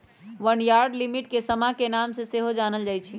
barnyard millet के समा के नाम से सेहो जानल जाइ छै